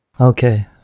Okay